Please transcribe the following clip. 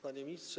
Panie Ministrze!